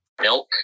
Milk